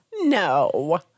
No